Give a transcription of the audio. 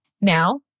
Now